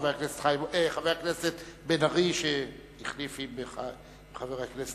חבר הכנסת מיכאל בן-ארי,